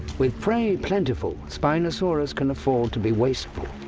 with prey plentiful, spinosaurus can afford to be wasteful.